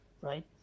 Right